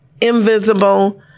invisible